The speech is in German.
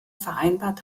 vereinbart